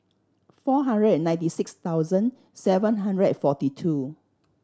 four hundred ninety six thousand seven hundred forty two